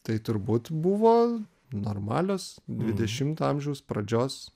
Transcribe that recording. tai turbūt buvo normalios dvidešimto amžiaus pradžios